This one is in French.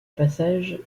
passage